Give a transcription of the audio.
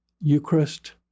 Eucharist